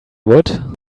would